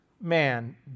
man